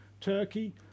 Turkey